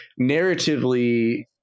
narratively